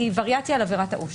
היא וריאציה על עבירת העושק.